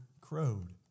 crowed